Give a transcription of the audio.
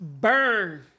Burn